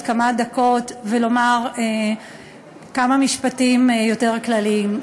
כמה דקות ולומר כמה משפטים יותר כלליים.